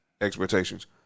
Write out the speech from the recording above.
expectations